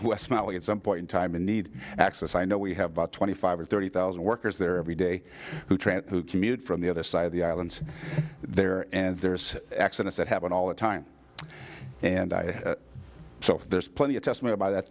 are smelly at some point in time and need access i know we have about twenty five or thirty thousand workers there every day who trant who commute from the other side of the island there and there's accidents that happen all the time and i so there's plenty of testimony by that